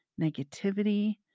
negativity